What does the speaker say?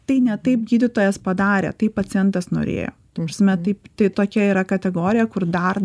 tai ne taip gydytojas padarė taip pacientas norėjo ta prasme taip tai tokia yra kategorija kur dar